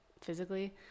physically